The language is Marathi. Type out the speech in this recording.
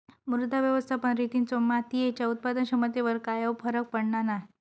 मृदा व्यवस्थापन रितींचो मातीयेच्या उत्पादन क्षमतेवर कायव फरक पडना नाय